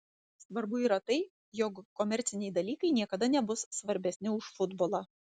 svarbu yra tai jog komerciniai dalykai niekada nebus svarbesni už futbolą